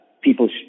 people